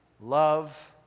love